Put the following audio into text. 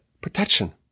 protection